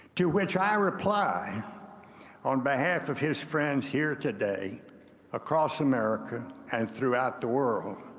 to which i reply on behalf of his friends here today across america and throughout the world,